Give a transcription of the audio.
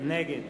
נגד